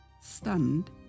Stunned